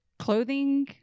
Clothing